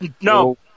no